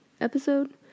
episode